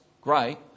great